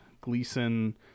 Gleason